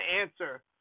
answer